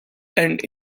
and